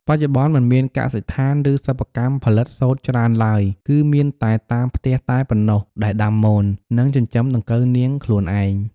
បច្ចុប្បន្នមិនមានកសិដ្ឋាន ឬសិប្បកម្មផលិតសូត្រច្រើនឡើយ គឺមានតែតាមផ្ទះតែប៉ុណ្ណោះដែលដាំមន និងចិញ្ចឹមដង្កូវនាងខ្លួនឯង។